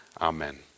amen